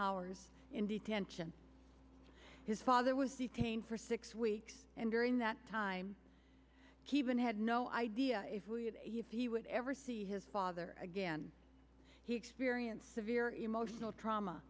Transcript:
hours in detention his father was detained for six weeks and during that time keven had no idea if he would ever see his father again he experienced severe emotional trauma